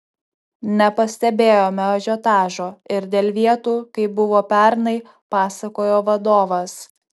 nepastebėjome ažiotažo ir dėl vietų kaip buvo pernai pasakojo vadovas